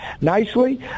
nicely